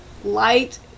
light